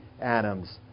Adam's